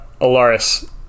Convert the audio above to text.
alaris